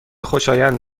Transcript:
خوشایند